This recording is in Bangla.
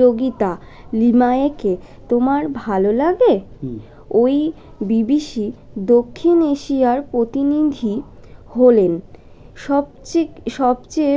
যোগিতা লিমায়কে তোমার ভালো লাগে ওই বিবিসি দক্ষিণ এশিয়ার প্রতিনিধি হলেন সবচেয়ে সবচেয়ে